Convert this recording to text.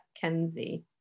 Kenzie